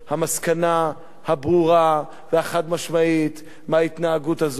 המסקנה הברורה והחד-משמעית מההתנהגות הזאת,